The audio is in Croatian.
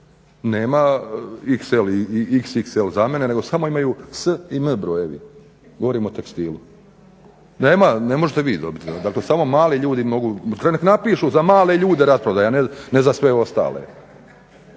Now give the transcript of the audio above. nema XL ili XXL za mene nego samo imaju S i M brojevi, govorim o tekstilu. Ne možete vi dobiti, samo mali mogu dobiti, neka napišu za male ljude rasprodaja, ne za sve ostale.